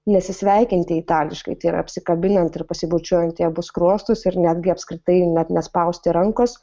nesisveikinti itališkai tai yra apsikabinant ir pasibučiuojant į abu skruostus ir netgi apskritai net nespausti rankos